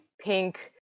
pink